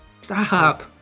stop